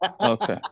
Okay